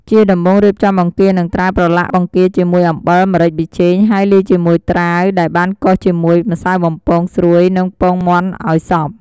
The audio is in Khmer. ជាដំបូង រៀបចំបង្គានិងត្រាវ ប្រឡាក់បង្គាជាមួយអំបិល ម្រេច ប៊ីចេង ហើយ លាយជាមួយត្រាវដែលបានកោសជាមួយម្សៅបំពងស្រួយ និងពងមាន់ឱ្យសព្វ។